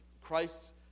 Christ